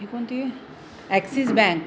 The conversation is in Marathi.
ही कोणती आहे ॲक्सिस बँक